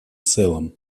целом